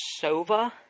Sova